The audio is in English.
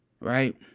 right